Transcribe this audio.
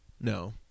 no